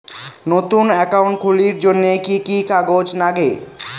নতুন একাউন্ট খুলির জন্যে কি কি কাগজ নাগে?